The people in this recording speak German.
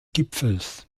gipfels